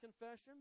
Confession